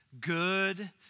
good